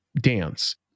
dance